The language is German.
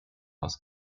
aus